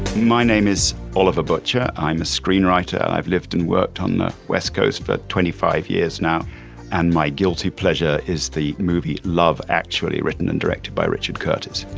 my name is oliver butcher. i'm a screenwriter. i've lived and worked on the west coast for twenty five years now and my guilty pleasure is the movie love, actually written and directed by richard curtis.